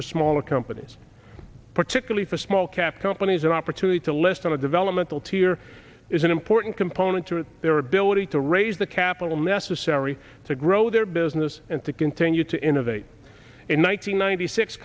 for smaller companies particularly for small cap companies an opportunity to list on a developmental tier is an important component to their ability to raise the capital necessary to grow their business and to continue to innovate in one nine hundred ninety six